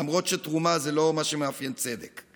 למרות שתרומה זה לא מה שמאפיין צדק.